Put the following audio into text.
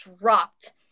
dropped